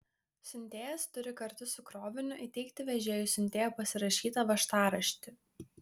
siuntėjas turi kartu su kroviniu įteikti vežėjui siuntėjo pasirašytą važtaraštį